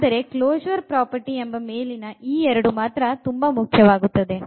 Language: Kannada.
ಆದರೆ ಕ್ಲೊ ಶೂರ್ ಪ್ರಾಪರ್ಟಿ ಎಂಬ ಮೇಲಿನ ಈ ಎರಡು ಮಾತ್ರ ಮುಖ್ಯವಾಗುತ್ತದೆ